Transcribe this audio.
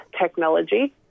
technology